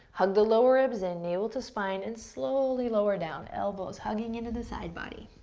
hug the lower ribs in, navel to spine, and slowly lower down, elbows hugging into the side body.